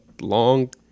long